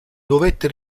dovette